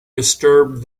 disturbed